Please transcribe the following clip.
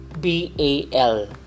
B-A-L